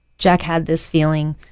jack had this feeling,